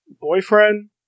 boyfriend